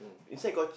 inside got ch~